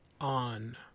on